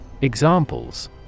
Examples